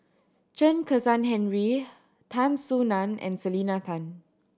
Chen Kezhan Henri Tan Soo Nan and Selena Tan